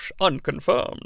unconfirmed